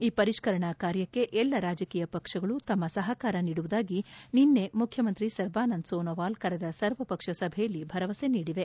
ಈ ಪರಿಷ್ಠರಣಾ ಕಾರ್ಯಕ್ಕೆ ಎಲ್ಲ ರಾಜಕೀಯ ಪಕ್ಷಗಳು ತಮ್ನ ಸಹಕಾರ ನೀಡುವುದಾಗಿ ನಿನ್ನೆ ಮುಖ್ಯಮಂತ್ರಿ ಸರ್ಬಾನಂದ್ ಸೋನೋವಾಲ್ ಕರೆದ ಸರ್ವ ಪಕ್ಷ ಸಭೆಯಲ್ಲಿ ಭರವಸೆ ನೀಡಿವೆ